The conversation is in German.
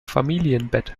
familienbett